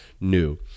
new